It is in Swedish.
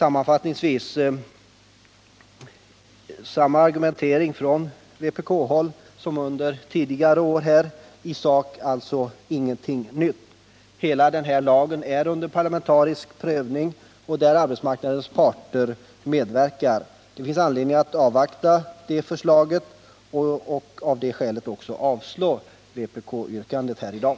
Det är samma argumentering från vpk-håll som under tidigare år. I sak är det alltså ingenting nytt. Hela denna lag befinner sig under parlamentarisk prövning, där bl.a. arbetsmarknadens parter medverkar. Det finns anledning avvakta prövningsresultatet och av detta skäl avslå vpk-yrkandet här i dag.